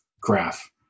graph